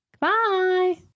bye